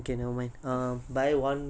that's not a sale at all